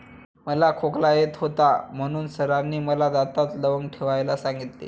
मला खोकला येत होता म्हणून सरांनी मला दातात लवंग ठेवायला सांगितले